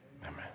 Amen